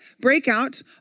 breakout